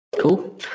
cool